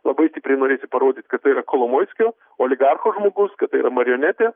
labai stipriai norėjosi parodyt kad tai yra kolomoiskio oligarcho žmogus kad tai yra marionetė